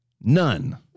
None